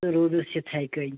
تہٕ روٗدُس یِتھٔے کٔنۍ